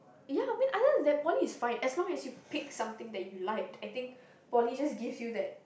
ya I mean other than that poly is fine as long as you pick something that you liked I think poly just gives you that